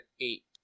eight